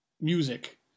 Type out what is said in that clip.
music